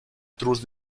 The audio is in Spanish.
cruz